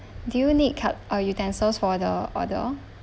do you need cut~ or utensils for the order